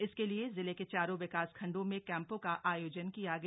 इसके लिए जिले के चारों विकासखंडों में कैंपों का आयोजन किया गया